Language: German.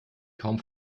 kaum